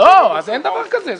אין דבר כזה.